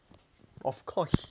of course